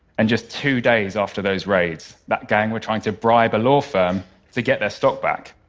and just two days after those raids, that gang were trying to bribe a law firm to get their stock back.